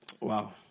Wow